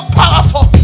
powerful